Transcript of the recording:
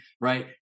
right